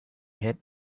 had